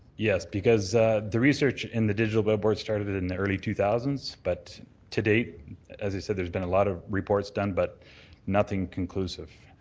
yes, because the research in the digital billboards started in the early two thousand s but to date as i said there's been a lot of reports done but nothing conclusive,